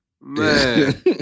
man